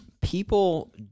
People